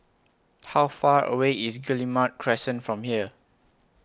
How Far away IS Guillemard Crescent from here